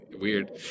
Weird